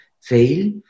fail